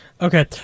Okay